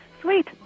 Sweet